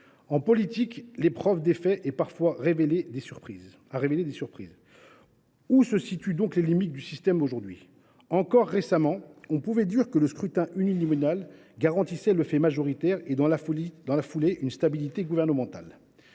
En politique, l’épreuve des faits a parfois révélé des surprises. Où se situent donc les limites du système d’aujourd’hui ? Encore récemment, on pouvait dire que le scrutin uninominal garantissait le fait majoritaire et, dans la foulée, une stabilité gouvernementale.